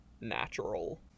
natural